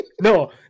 No